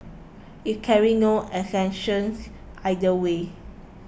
it carries no assertions either way